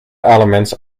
elements